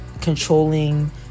controlling